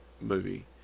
movie